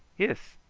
hiss!